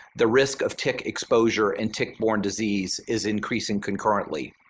the risk of tick exposure and tick-borne disease is increasing concurrently.